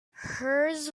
hers